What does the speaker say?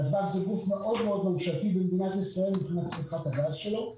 נתב"ג זה גוף מאוד ממשלתי במדינת ישראל מבחינת צריכת הגז שלו.